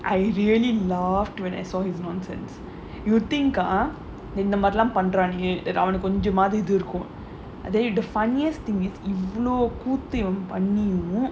I really laughed when I saw his nonsense you think ah the இந்த மாறியெல்லாம் பண்றானு:intha maariyellaam pandraanu that அவனுக்கு கொஞ்சமாது இது இருக்கும்:avanukku konjamaathu ithu irukkum then you the funniest thing is இவ்வளோ கூத்து இவன் பண்ணியும்:ivvalo koothu ivan panniyum